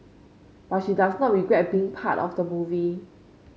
but she does not regret being part of the movie